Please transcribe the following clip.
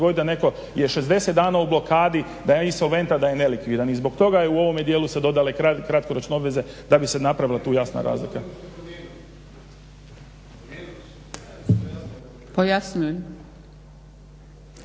dogoditi da netko je 60 dana u blokadi, da je insolventan, da je nelikvidan. I zbog toga je u ovome dijelu se dodale kratkoročne obveze, da bi se napravila tu jasna razlika. **Zgrebec,